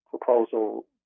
proposal